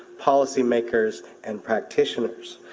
policymakers and practitioners.